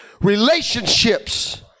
relationships